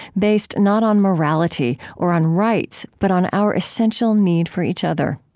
based not on morality or on rights, but on our essential need for each other.